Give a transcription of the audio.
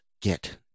get